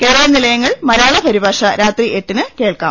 കേരള നിലയങ്ങളിൽ മലയാള പരിഭാഷ രാത്രി എട്ടിന് കേൾക്കാം